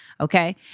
okay